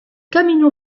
camino